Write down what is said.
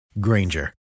Granger